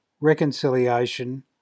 reconciliation